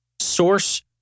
Source